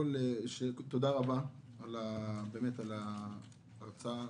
תודה רבה על ההרצאה